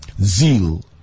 zeal